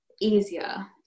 easier